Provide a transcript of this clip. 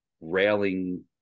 railing